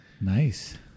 Nice